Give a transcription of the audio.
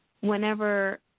whenever